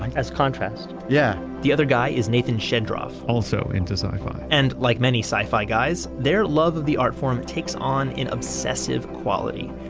as contrast. yeah the other guy is nathan shedroff. also into sci-fi and like many sci-fi guys, their love of the art form takes on an obsessive quality.